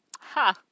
Ha